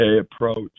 approach